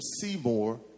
seymour